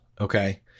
Okay